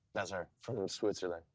that's her. from switzerland.